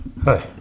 Hi